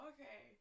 Okay